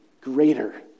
greater